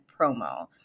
promo